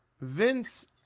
Vince